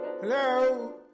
Hello